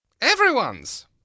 Everyone's